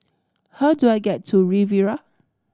how do I get to Riviera